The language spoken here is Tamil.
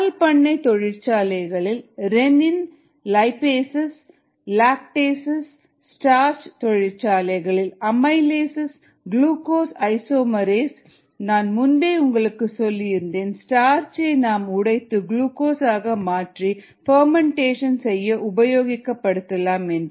பால்பண்ணை தொழிற்சாலைகளில் ரெனின் லைபேஸ்சஸ் லாக்டேஸ்சஸ் ஸ்டார்ச் தொழிற்சாலைகளில் அமைலேஸ்சஸ் குளுகோஸ் ஐசோமரேஸ் நான் முன்பே உங்களுக்கு சொல்லியிருந்தேன் ஸ்டார்ச் ஐ நாம் உடைத்து குளுகோஸ் ஆக மாற்றி ஃபர்மெண்டேஷன் செய்ய உபயோகப்படுத்தலாம் என்று